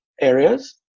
areas